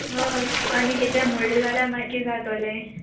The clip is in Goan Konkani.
हय आनी कितें म्हणलें जाल्यार मागी किदें जातोलें